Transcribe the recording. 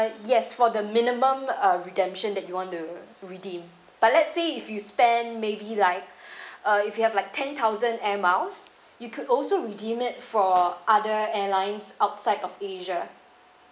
yes for the minimum uh redemption that you want to redeem but let's say if you spend maybe like uh if you have like ten thousand air miles you could also redeem it for other airlines outside of asia